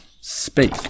speak